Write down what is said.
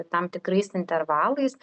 tam tikrais intervalais